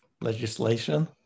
legislation